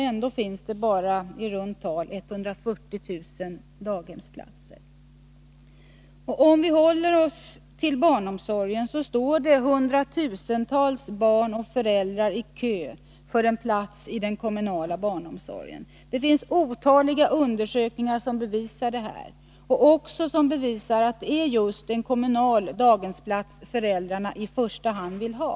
Ändå finns det bara i runt tal 140 000 daghemsplatser. Hundratusentals barn och föräldrar står i kö för en plats i den kommunala barnomsorgen. Otaliga undersökningar bevisar att det är just en kommunal daghemsplats som föräldrarna i första hand vill ha.